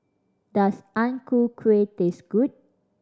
does Ang Ku Kueh taste good